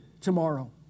tomorrow